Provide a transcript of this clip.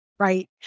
Right